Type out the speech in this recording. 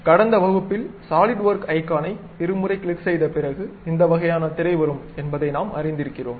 கடந்த வகுப்பில் சாலிட்வொர்க் ஐகானை இருமுறை கிளிக் செய்த பிறகு இந்த வகையான திரை வரும் என்பதை நாம் அறிந்திருக்கிறோம்